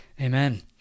Amen